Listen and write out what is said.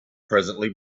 presently